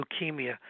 leukemia